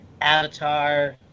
Avatar